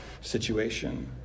situation